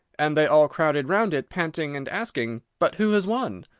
and they all crowded round it, panting, and asking but who has won?